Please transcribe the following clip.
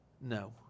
No